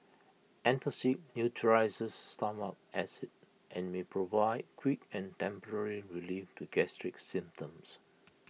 antacid neutralises stomach acid and may provide quick and temporary relief to gastric symptoms